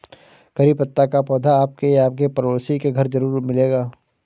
करी पत्ता का पौधा आपके या आपके पड़ोसी के घर ज़रूर मिलेगा